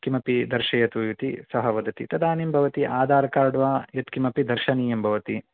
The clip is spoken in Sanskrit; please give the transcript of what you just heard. किमपि दर्शयतु इति सः वदति तदानीं भवती आधारकार्ड् वा यत्किमपि दर्शनीयं भवति